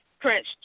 Prince